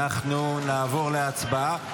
אנחנו נעבור להצבעה.